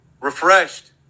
refreshed